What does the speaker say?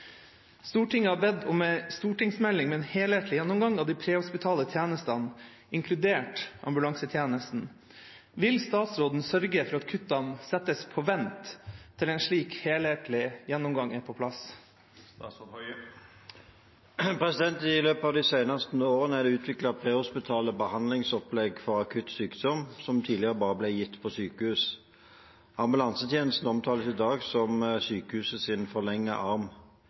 Stortinget har bedt om en stortingsmelding med en helhetlig gjennomgang av de prehospitale tjenestene, inkludert ambulansetjenesten. Vil statsråden sørge for at kuttene settes på vent til en slik helhetlig gjennomgang er på plass?» I løpet av de seneste årene er det utviklet prehospitale behandlingsopplegg for akutt sykdom som tidligere bare ble gitt på sykehus. Ambulansetjenesten omtales i dag som sykehusets forlengede arm.